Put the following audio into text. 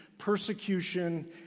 persecution